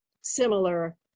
similar